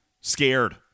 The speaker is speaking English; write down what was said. scared